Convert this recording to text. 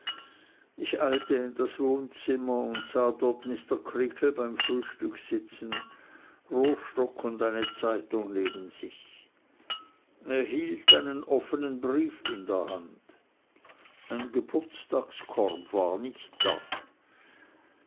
ich eilte in das wohnzimmer und sah dort mr creakle beim frühstück sitzen rohrstock und eine zeitung neben sich er hielt einen offnen brief in der hand ein geburtstagskorb war nicht da